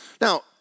Now